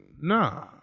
nah